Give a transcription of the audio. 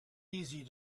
easy